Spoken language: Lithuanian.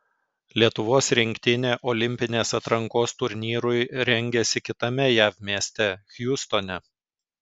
lietuvos rinktinė olimpinės atrankos turnyrui rengiasi kitame jav mieste hjustone